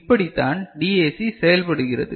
இப்படித்தான் டிஏசி செயல்படுகிறது